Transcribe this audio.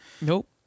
Nope